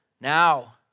now